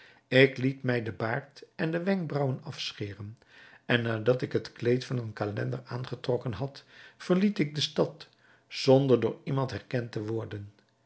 ik liet mij den baard en de wenkbraauwen afscheren en nadat ik het kleed van een calender aangetrokken had verliet ik de stad zonder door iemand herkend te worden